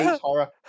horror